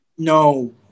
No